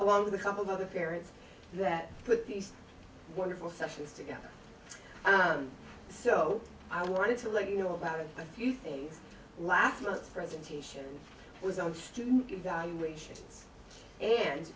along with a couple of other parents that put these wonderful sessions together so i wanted to let you know about a few things last month presentation was on student evaluations and